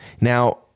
Now